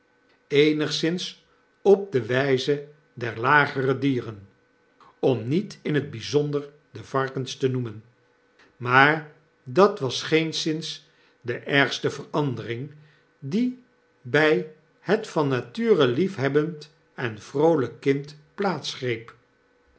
eenigszins op de wijze der lagere dieren om niet in t bponder de varkens te noemen maar dat was geenszins de ergste verandering die by het van nature liefhebbend en vroolijk kind plaats greep